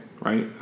Right